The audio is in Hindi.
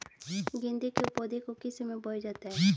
गेंदे के पौधे को किस समय बोया जाता है?